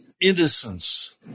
innocence